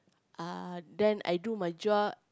ah then I do my job